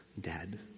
dead